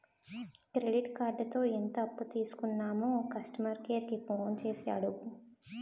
credit కార్డుతో ఎంత అప్పు తీసుకున్నామో కస్టమర్ కేర్ కి ఫోన్ చేసి అడుగు